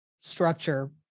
structure